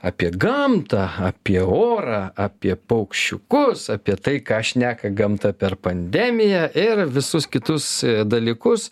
apie gamtą apie orą apie paukščiukus apie tai ką šneka gamta per pandemiją ir visus kitus dalykus